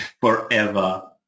forever